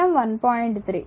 3